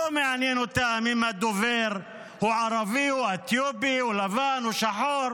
לא מעניין אותם אם הדובר הוא ערבי או אתיופי או לבן או שחור,